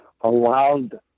allowed